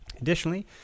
Additionally